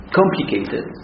complicated